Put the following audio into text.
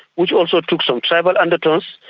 which also took some tribal undertones,